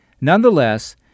Nonetheless